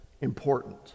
important